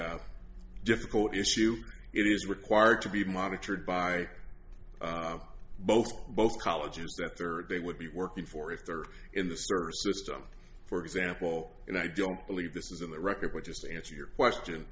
a difficult issue it is required to be monitored by both both colleges that third they would be working for if they were in the service system for example and i don't believe this is in the record which is to answer your question